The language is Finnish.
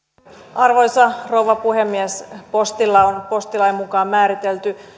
arvoisa rouva puhemies postilla on postilain mukaan määritelty